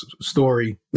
story